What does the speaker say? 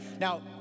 Now